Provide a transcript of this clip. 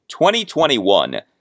2021